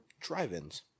Drive-ins